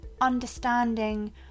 understanding